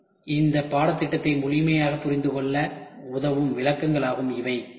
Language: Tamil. அவை இந்த பாடத்திட்டத்தை முழுமையாக புரிந்துகொள்ள உதவும் விளக்கங்கள் ஆகும்